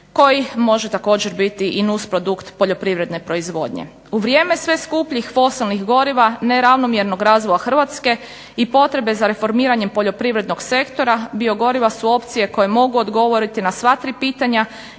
koji može također biti i nusprodukt poljoprivredne proizvodnje. U vrijeme sve skupljih fosilnih goriva, neravnomjerno razvoja Hrvatske i potrebe za reformiranjem poljoprivrednog sektora biogoriva su opcije koje mogu odgovoriti na sva tri pitanja